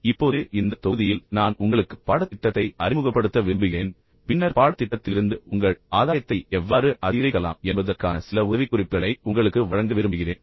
இப்போது இந்த தொகுதியில் நான் உங்களுக்கு பாடத்திட்டத்தை அறிமுகப்படுத்த விரும்புகிறேன் பின்னர் பாடத்திட்டத்திலிருந்து உங்கள் ஆதாயத்தை எவ்வாறு அதிகரிக்கலாம் என்பதற்கான சில உதவிக்குறிப்புகளை உங்களுக்கு வழங்க விரும்புகிறேன்